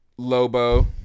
Lobo